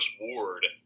ward